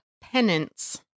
penance